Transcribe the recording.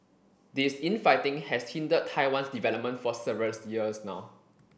this infighting has hindered Taiwan's development for several years now